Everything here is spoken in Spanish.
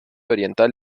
oriental